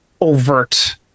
overt